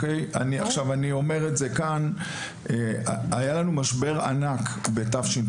אני אומר את זה כאן: היה לנו בתשפ"ג,